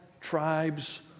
tribes